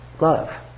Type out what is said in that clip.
love